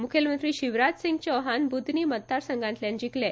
मुखेलमंत्री शिवराज सिंग चौहान बूधनी मतदारसंघातल्यान जिकले